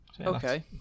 Okay